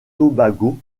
tobago